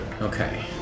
Okay